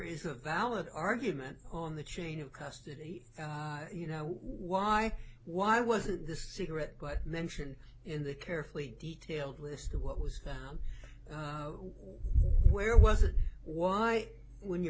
is a valid argument on the chain of custody you know why why wasn't the cigarette butt mentioned in the carefully detailed list of what was where was it why when you